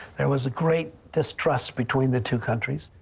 there was a great distrust between the two countries.